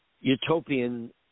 utopian